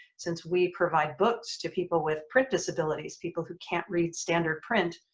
since we provide books to people with print disabilities people who can't read, standard print